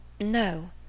No